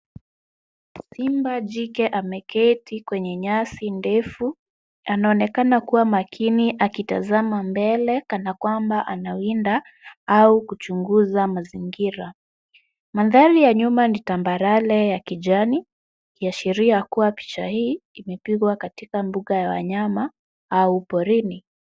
Simba jike ameketi kwenye nyasi ndefu . Anaonekana kuwa makini akitazama mbele kana kwamba anawinda au kuchunguza mazingira. Mandhari ya nyuma ni tambarare ya kijani ikiashiria kuwa picha hii imepigwa katika mbuga ya wanyama au porini.